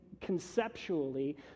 conceptually